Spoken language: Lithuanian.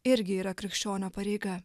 irgi yra krikščionio pareiga